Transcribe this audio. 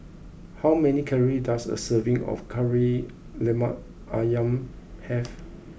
how many calory does a serving of Kari Lemak Ayam have